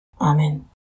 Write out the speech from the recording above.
Amen